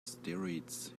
steroids